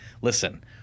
Listen